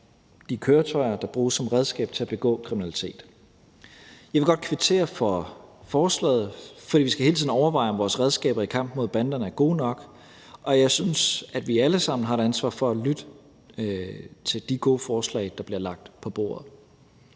de køretøjer, der bruges som redskab til at begå kriminalitet. Jeg vil godt kvittere for forslaget, for vi skal hele tiden overveje, om vores redskaber i kampen mod banderne er gode nok. Og jeg synes, at vi alle sammen har et ansvar for at lytte til de gode forslag, der bliver lagt på bordet.